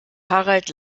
harald